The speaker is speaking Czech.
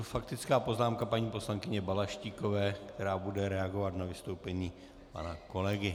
Faktická poznámka paní poslankyně Balaštíkové, která bude reagovat na vystoupení pana kolegy.